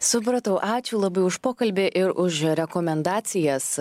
supratau ačiū labai už pokalbį ir už rekomendacijas